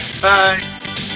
Bye